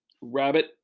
rabbit